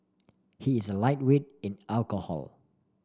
he is a lightweight in alcohol